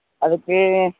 அதுக்கு